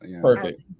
Perfect